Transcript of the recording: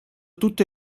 tutte